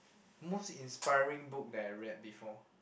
most inspiring book that I read before